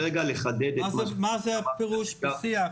מה פירוש בשיח,